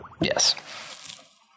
Yes